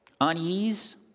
unease